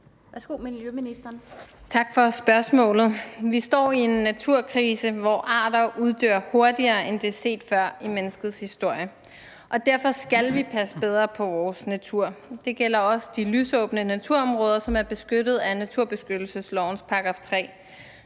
Tak for spørgsmålet. Vi står i en naturkrise, hvor arter uddør hurtigere, end det er set før i menneskets historie, og derfor skal vi passe bedre på vores natur. Det gælder også de lysåbne naturområder, som er beskyttet af naturbeskyttelseslovens § 3.